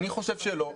אני חושב שלא,